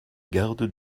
garde